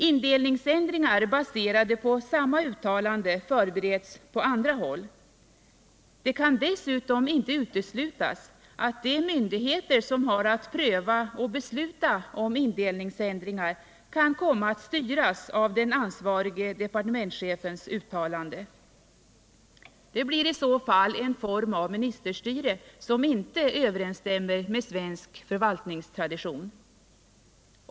Indelningsändringar baserade på samma uttalande förbereds på andra håll. Det kan dessutom inte uteslutas att de myndigheter som har att pröva och besluta om indelningsändringar kan komma att styras av den ansvarige departementschefens uttalande. Det blir i så fall en form av ministerstyre, som inte överensstämmer med svensk förvaltningstradition.